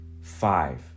five